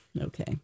Okay